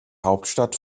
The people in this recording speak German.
hauptstadt